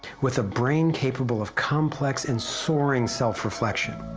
with a brain capable of complex and soaring self reflection,